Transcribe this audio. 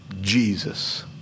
Jesus